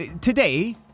Today